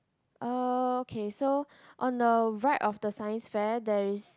okay so on the right of the science fair there is